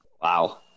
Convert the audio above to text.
wow